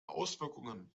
auswirkungen